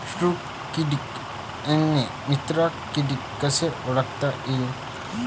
शत्रु किडे अन मित्र किडे कसे ओळखता येईन?